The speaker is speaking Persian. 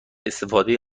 استفاده